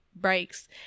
breaks